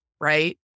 right